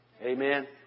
Amen